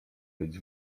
być